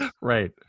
Right